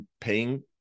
paying